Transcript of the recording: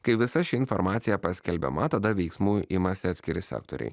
kai visa ši informacija paskelbiama tada veiksmų imasi atskiri sektoriai